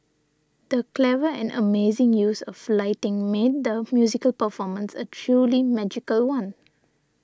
the clever and amazing use of lighting made the musical performance a truly magical one